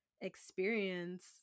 experience